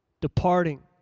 departing